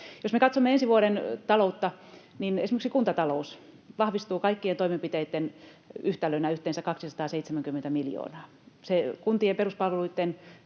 Jos me katsomme ensi vuoden taloutta, niin esimerkiksi kuntatalous vahvistuu kaikkien toimenpiteitten yhtälönä yhteensä 270 miljoonaa. Se kuntien peruspalveluitten